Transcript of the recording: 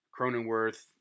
Cronenworth